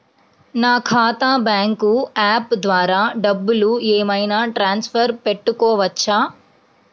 నా ఖాతా bank app ద్వారా డబ్బులు ఏమైనా ట్రాన్స్ఫర్ పెట్టుకోవచ్చా?